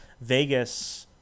Vegas